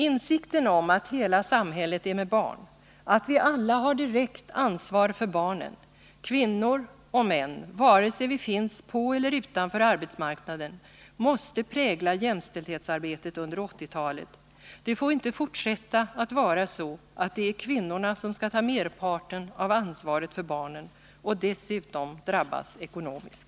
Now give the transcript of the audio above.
Insikten om att hela samhället är med barn, att vi alla har direkt ansvar för barnen — kvinnor och män, vare sig vi finns på eller utanför arbetsmarknaden — måste prägla jämställdhetsarbetet under 1980-talet. Det får inte fortsätta att vara så att det är kvinnorna som skall ta merparten av ansvaret för barnen och dessutom drabbas ekonomiskt.